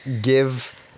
give